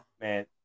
man